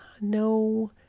no